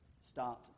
start